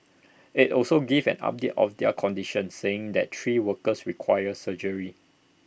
IT also gave an update of their condition saying that three workers required surgery